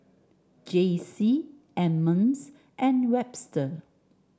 Jaycie Emmons and Webster